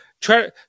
try